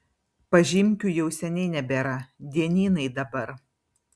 pažymkių jau seniai nebėra dienynai dabar